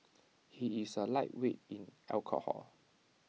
he is A lightweight in alcohol